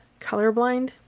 colorblind